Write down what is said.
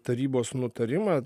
tarybos nutarimą